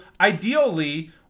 ideally